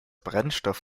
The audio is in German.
brennstoff